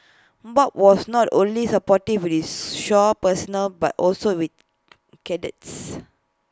bob was not only supportive with his shore personnel but also with cadets